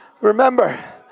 remember